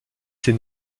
ses